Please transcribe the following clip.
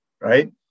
right